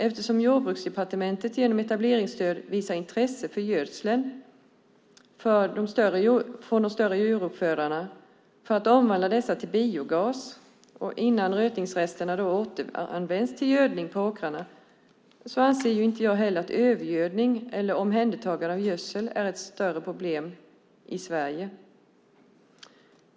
Eftersom Jordbruksdepartementet genom etableringsstöd visar intresse för gödseln från de större djuruppfödarna, för att omvandla detta till biogas innan rötningsresterna återanvänds till gödning på åkrarna, anser jag inte att övergödning eller omhändertagande av gödsel är ett större problem i Sverige.